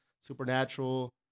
Supernatural